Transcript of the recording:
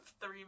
three